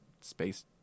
space